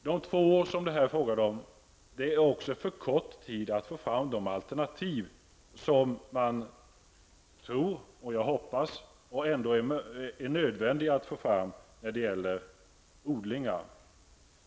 De två år som det här är fråga om är för kort tid för att få fram de alternativ som jag tror och hoppas är nödvändiga att få fram när det gäller odlingar.